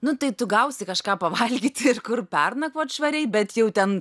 nu tai tu gausi kažką pavalgyti ir kur pernakvot švariai bet jau ten